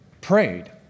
prayed